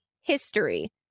history